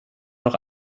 noch